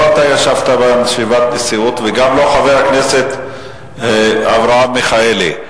לא אתה ישבת בישיבת הנשיאות וגם לא חבר הכנסת אברהם מיכאלי.